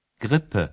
Grippe